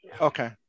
Okay